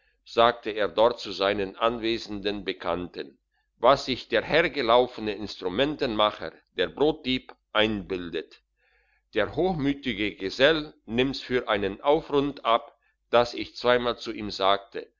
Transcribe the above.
sagte er dort zu seinen anwesenden bekannten was sich der hergelaufene instrumentenmacher der brotdieb einbildet der hochmütige gesell nimmt's für einen affrunt auf dass ich zweimal zu ihm sagte